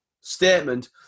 statement